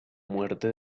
muerte